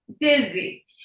dizzy